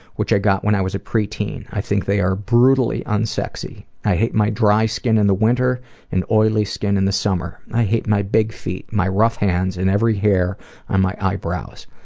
which i got when i was a preteen. i think they are brutally unsexy. i hate my dry skin in the winter and oily skin in the summer. and i hate my big feet, my rough hands, and every hair on my eyebrows.